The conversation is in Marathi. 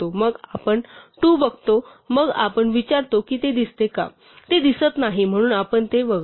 मग आपण 2 बघतो मग आपण विचारतो की ते दिसते का ते दिसत नाही म्हणून आपण ते वगळतो